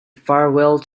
farewell